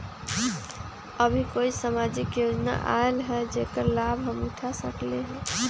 अभी कोई सामाजिक योजना आयल है जेकर लाभ हम उठा सकली ह?